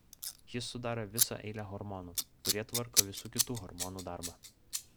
jis sudaro visą eilę hormonų kurie tvarko visų kitų hormonų darbą